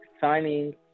signing